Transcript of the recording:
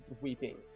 weeping